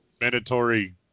mandatory